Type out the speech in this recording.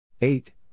eight